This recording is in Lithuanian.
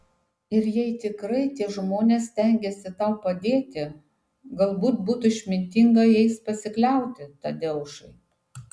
ir jei tikrai tie žmonės stengiasi tau padėti galbūt būtų išmintinga jais pasikliauti tadeušai